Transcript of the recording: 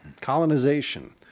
colonization